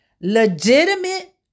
Legitimate